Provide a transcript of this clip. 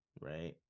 right